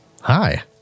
Hi